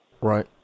right